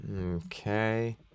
Okay